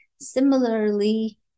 Similarly